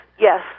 yes